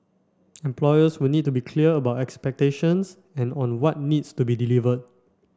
employers will need to be clear about expectations and on what needs to be delivered